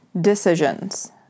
decisions